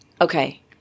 okay